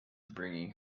bringing